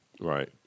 Right